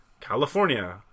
California